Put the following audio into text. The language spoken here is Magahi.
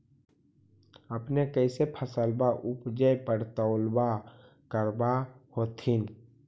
अपने कैसे फसलबा उपजे पर तौलबा करबा होत्थिन?